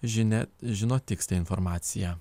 žinia žino tikslią informaciją